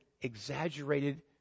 exaggerated